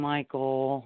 Michael